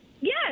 Yes